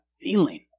feeling